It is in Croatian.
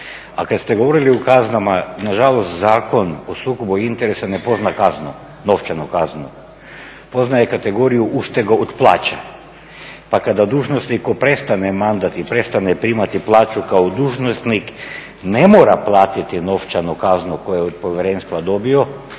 A kad ste govorili o kaznama, nažalost Zakon o sukobu interesa ne poznaje kaznu, novčanu kaznu. Poznaje kategoriju ustegu od plaće. Pa kada dužnosniku prestane mandat i prestane primati plaću kao dužnosnik ne mora platiti novčanu kaznu koju je od povjerenstva dobio